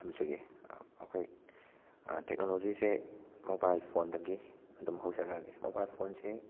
ꯊꯝꯖꯒꯦ ꯑꯩꯈꯣꯏ ꯇꯦꯛꯅꯣꯂꯣꯖꯤꯁꯦ ꯃꯣꯕꯥꯏꯜ ꯐꯣꯟꯗꯒꯤ ꯑꯗꯨꯝ ꯍꯧꯖꯔꯛꯑꯒꯦ ꯃꯣꯕꯥꯏꯜ ꯐꯣꯟꯁꯦ